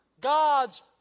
God's